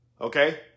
Okay